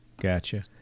Gotcha